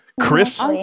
Chris